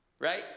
right